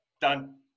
done